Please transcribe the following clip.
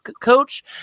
coach